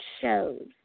shows